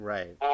Right